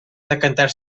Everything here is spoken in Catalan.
decantar